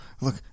look